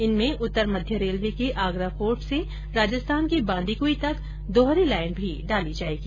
इनमें उत्तर मध्य रेलवे के आगरा फोर्ट से राजस्थान के बांदीकुई तक दोहरी लाइन डाली जायेगी